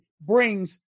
brings